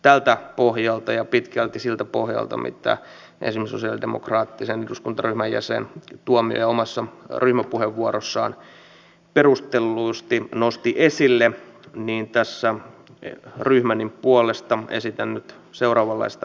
tältä pohjalta ja pitkälti siltä pohjalta mitä esimerkiksi sosialidemokraattisen eduskuntaryhmän jäsen tuomioja omassa ryhmäpuheenvuorossaan perustellusti nosti esille tässä ryhmäni puolesta esitän nyt seuraavanlaista epäluottamuslausetta